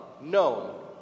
known